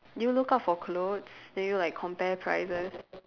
do you look out for clothes do you like compare prices